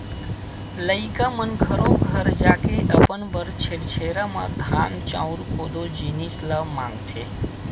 लइका मन घरो घर जाके अपन बर छेरछेरा म धान, चाँउर, कोदो, जिनिस ल मागथे